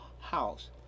house